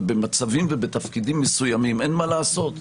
אבל במצבים ובתפקידים מסוימים אין מה לעשות,